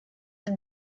the